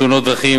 תאונות דרכים,